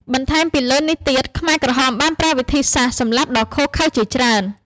បន្ថែមពីលើនេះទៀតខ្មែរក្រហមបានប្រើវិធីសាស្ត្រសម្លាប់ដ៏ឃោរឃៅជាច្រើន។